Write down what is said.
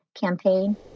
campaign